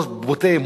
מאוד בוטה,